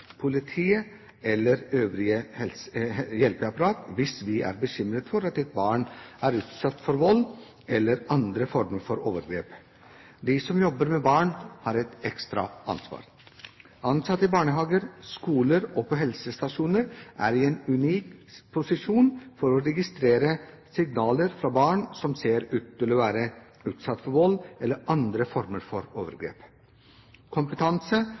politiet eller øvrig hjelpeapparat hvis vi er bekymret for at et barn er utsatt for vold eller andre former for overgrep. De som jobber med barn, har et ekstra ansvar. Ansatte i barnehager, skoler og på helsestasjoner er i en unik posisjon for å registrere signaler fra barn som ser ut til å være utsatt for vold eller andre former for overgrep. Kompetanse